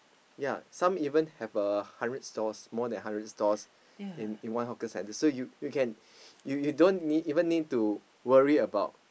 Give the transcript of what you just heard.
ya some even have a hundred stalls more than hundred stalls in in one hawker center so you you can you you don't even need to worry about